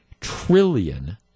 trillion